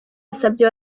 yasabye